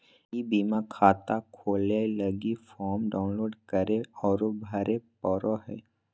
ई बीमा खाता खोलय लगी फॉर्म डाउनलोड करे औरो भरे पड़ो हइ